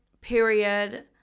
period